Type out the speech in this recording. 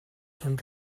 són